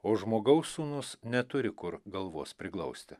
o žmogaus sūnus neturi kur galvos priglausti